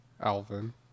Alvin